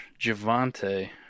Javante